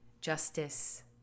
justice